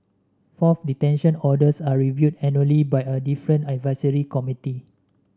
fourth detention orders are reviewed annually by a different advisory committee